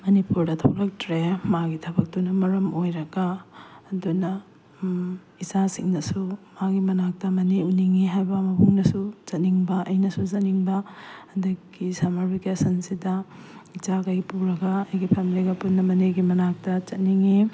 ꯃꯅꯤꯄꯨꯔꯗ ꯊꯣꯛꯂꯛꯇ꯭ꯔꯦ ꯃꯥꯒꯤ ꯊꯕꯛꯇꯨꯅ ꯃꯔꯝ ꯑꯣꯏꯔꯒ ꯑꯗꯨꯅ ꯏꯆꯥꯁꯤꯡꯅꯁꯨ ꯃꯥꯒꯤ ꯃꯅꯥꯛꯇ ꯃꯅꯦ ꯎꯅꯤꯡꯉꯤ ꯍꯥꯏꯕ ꯃꯕꯨꯡꯅꯁꯨ ꯆꯠꯅꯤꯡꯕ ꯑꯩꯅꯁꯨ ꯆꯠꯅꯤꯡꯕ ꯑꯗꯒꯤ ꯁꯃꯔ ꯕꯦꯀꯦꯁꯟꯁꯤꯗ ꯏꯆꯥꯈꯩ ꯄꯨꯔꯒ ꯑꯩꯒꯤ ꯐꯦꯃꯤꯂꯤꯒ ꯄꯨꯟꯅ ꯃꯅꯦꯒꯤ ꯃꯅꯥꯛꯇ ꯆꯠꯅꯤꯡꯉꯤ